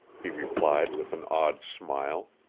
he replied with an odd smile.